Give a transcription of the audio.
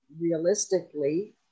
realistically